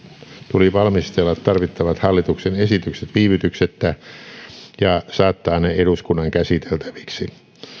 tuli valmistella tarvittavat hallituksen esitykset viivytyksettä ja saattaa ne eduskunnan käsiteltäviksi